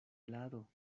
helado